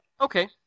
Okay